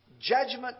judgment